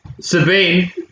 Sabine